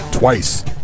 Twice